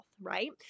right